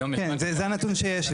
כן, זה הנתון שיש לי.